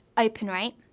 open rate,